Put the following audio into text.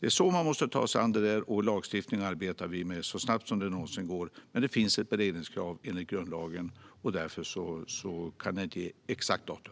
Det är så vi måste ta oss an denna fråga, och lagstiftning arbetar vi med så snabbt det någonsin går. Men det finns ett beredningskrav enligt grundlagen, och därför kan jag inte ge ett exakt datum.